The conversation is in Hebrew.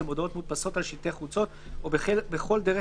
במודעות מודפסות על שלטי חוצות או בכל דרך